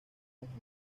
ángel